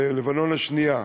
לבנון השנייה.